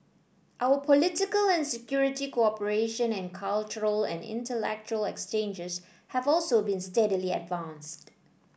our political and security cooperation and cultural and intellectual exchanges have also been steadily advanced